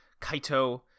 Kaito